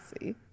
see